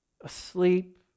Asleep